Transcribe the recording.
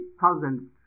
thousand